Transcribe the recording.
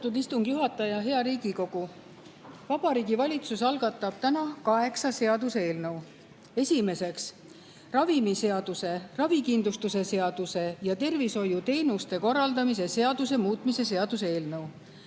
Vabariigi Valitsus algatab täna kaheksa seaduseelnõu. Esimeseks, ravimiseaduse, ravikindlustuse seaduse ja tervishoiuteenuste korraldamise seaduse muutmise seaduse eelnõu.